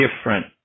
different